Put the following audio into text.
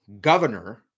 governor